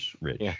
rich